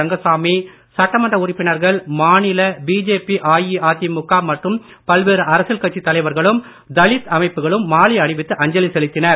ரங்கசாமி சட்டமன்ற உறுப்பினர்கள் மாநில பிஜேபி அஇஅதிமுக மற்றும் பல்வேறு அரசியல் கட்சித்தலைவர்களும் தலித் அமைப்புகளும் மாலை அணிவித்து மரியாதை செலுத்தினர்